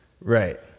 Right